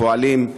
פועלים.